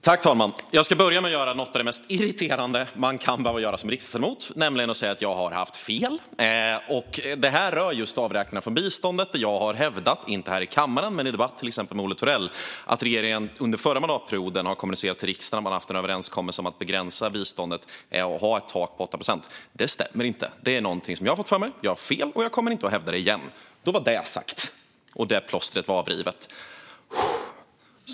Fru talman! Jag ska börja med att göra något av det mest irriterande man kan behöva göra som riksdagsledamot, nämligen att säga att jag har haft fel. Det rör just avräkningarna från biståndet. Jag har hävdat - inte här i kammaren, men till exempel i en debatt med Olle Thorell - att regeringen under förra mandatperioden kommunicerat till riksdagen att man haft en överenskommelse om att begränsa biståndet och ha ett tak på 8 procent. Det stämmer inte, utan det är någonting som jag hade fått för mig. Jag hade fel och kommer inte att hävda det igen. Då var det sagt. Plåstret är avrivet!